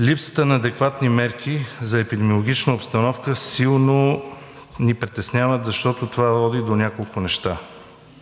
Липсата на адекватни мерки за епидемиологична обстановка силно ни притесняват, защото това води до няколко неща.